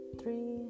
three